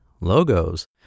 Logos